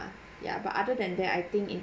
ya but other than that I think in